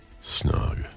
Snug